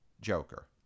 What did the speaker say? Joker